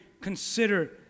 consider